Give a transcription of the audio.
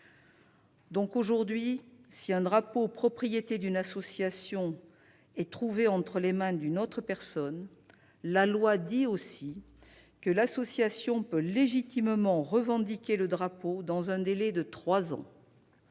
Aujourd'hui, si un drapeau, propriété d'une association, est trouvé entre les mains d'une autre personne, la loi dispose que l'association peut légitimement revendiquer le drapeau dans un délai de trois ans.